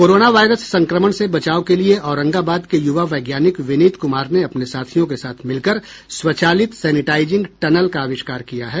corona virus संक्रमण से बचाव के लिये औरंगाबाद के य्वा वैज्ञानिक विनीत कुमार ने अपने साथियों के साथ मिलकर स्वचालित सैनिटाईजिंग टनल का आविष्कार किया है